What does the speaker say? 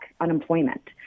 unemployment